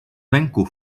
venku